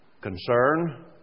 concern